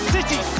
City